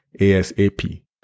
ASAP